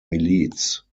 miliz